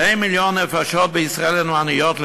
2 מיליון נפשות בישראל הן עניות,